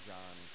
John